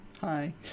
hi